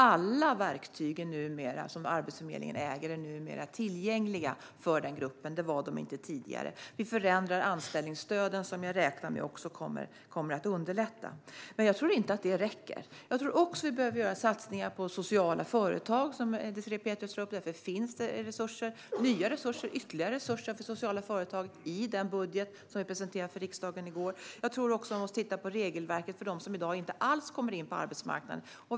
Alla verktyg som Arbetsförmedlingen äger är numera tillgängliga för den gruppen - det var de inte tidigare. Vi förändrar även anställningsstöden, vilket jag räknar med kommer att underlätta. Men jag tror inte att detta räcker. Jag tror att vi också behöver göra satsningar på sociala företag, som Désirée Pethrus tog upp. Därför finns det ytterligare resurser för sociala företag i den budget som vi presenterade för riksdagen i går. Jag tror också att man måste titta på regelverket för dem som i dag inte alls kommer in på arbetsmarknaden.